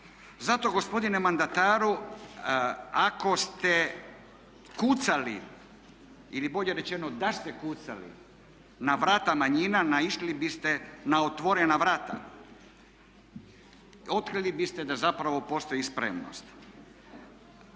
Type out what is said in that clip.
Zato gospodine mandataru ako ste kucali ili bolje rečeno da ste kucali na vrata manjina naišli biste na otvorena vrata, otkrili biste da zapravo postoji spremnost.